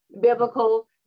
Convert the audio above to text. biblical